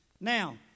Now